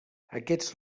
aquests